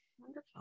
Wonderful